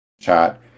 chat